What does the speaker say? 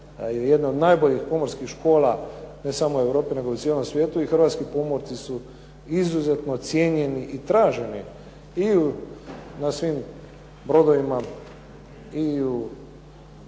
jedne od najboljih pomorskih škola ne samo u Europi nego i u cijelom svijetu i hrvatski pomorci su izuzetno cijenjeni i traženi i na svim brodovima i u